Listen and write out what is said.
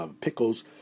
pickles